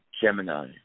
Gemini